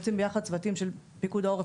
אנחנו יוצאים ביחד צוותים של פיקוד העורף